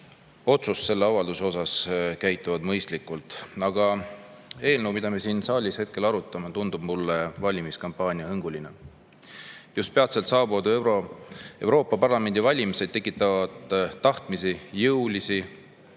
otsust selle avalduse kohta käitub mõistlikult. Aga eelnõu, mida me siin saalis praegu arutame, tundub mulle valimiskampaaniahõnguline. Just peatselt saabuvad Euroopa Parlamendi valimised tekitavad tahtmist jõulisi